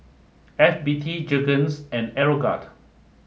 F B T Jergens and Aeroguard